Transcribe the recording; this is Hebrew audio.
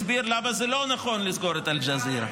הסביר למה לא נכון לסגור את אל-ג'זירה.